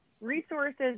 resources